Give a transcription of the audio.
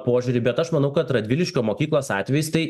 požiūrį bet aš manau kad radviliškio mokyklos atvejis tai